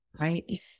right